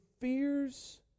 fears